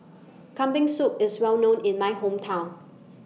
Kambing Soup IS Well known in My Hometown